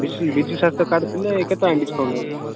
ବିଜୁ ସ୍ୱାସ୍ଥ୍ୟ କାର୍ଡ଼ ଥିଲେ କେତେ ଟଙ୍କା ଡିସକାଉଣ୍ଟ ହବ